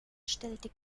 stellte